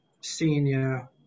senior